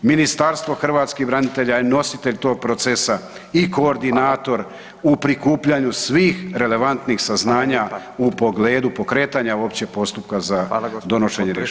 Ministarstvo hrvatskih branitelja je nositelj tog procesa i koordinator u prikupljanju svih relevantnih saznanja u pogledu pokretanja uopće postupka za donošenje rješenja.